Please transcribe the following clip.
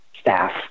staff